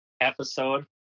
episode